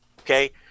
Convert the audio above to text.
Okay